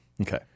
Okay